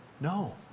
No